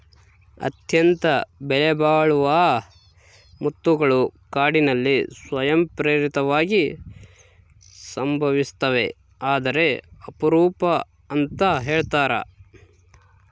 ಅತ್ಯಂತ ಬೆಲೆಬಾಳುವ ಮುತ್ತುಗಳು ಕಾಡಿನಲ್ಲಿ ಸ್ವಯಂ ಪ್ರೇರಿತವಾಗಿ ಸಂಭವಿಸ್ತವೆ ಆದರೆ ಅಪರೂಪ ಅಂತ ಹೇಳ್ತರ